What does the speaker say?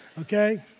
okay